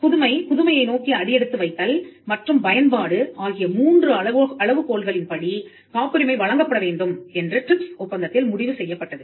புதுமை புதுமையை நோக்கி அடியெடுத்து வைத்தல் மற்றும் பயன்பாடு ஆகிய மூன்று அளவுகோல்களின்படி காப்புரிமை வழங்கப்பட வேண்டும் என்று ட்ரிப்ஸ் ஒப்பந்தத்தில் முடிவு செய்யப்பட்டது